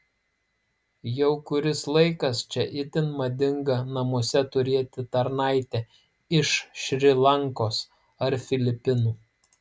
jau kuris laikas čia itin madinga namuose turėti tarnaitę iš šri lankos ar filipinų